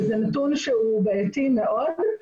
זה נתון בעייתי מאוד.